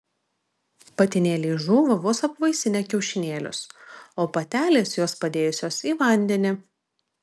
patinėliai žūva vos apvaisinę kiaušinėlius o patelės juos padėjusios į vandenį